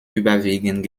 überwiegend